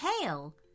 tail